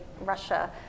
Russia